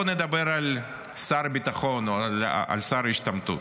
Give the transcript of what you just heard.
בואו נדבר על שר הביטחון או על שר ההשתמטות.